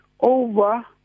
over